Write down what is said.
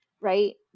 right